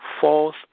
false